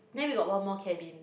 then we got one more cabin